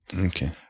Okay